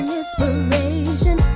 inspiration